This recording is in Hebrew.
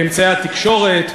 באמצעי התקשורת,